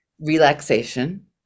relaxation